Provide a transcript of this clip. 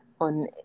on